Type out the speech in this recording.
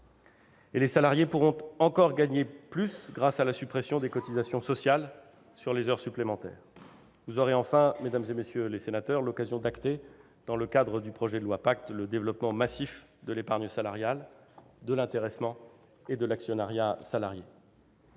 Les salariés pourront encore gagner plus, grâce à la suppression des cotisations sociales sur les heures supplémentaires. Vous aurez, mesdames, messieurs les sénateurs, l'occasion d'acter, dans le cadre du projet de loi PACTE, le développement massif de l'épargne salariale, de l'intéressement et de l'actionnariat salarié.